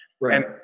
right